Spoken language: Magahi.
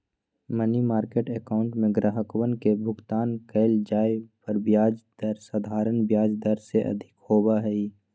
मनी मार्किट अकाउंट में ग्राहकवन के भुगतान कइल जाये पर ब्याज दर साधारण ब्याज दर से अधिक होबा हई